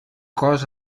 cos